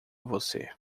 você